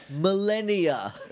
millennia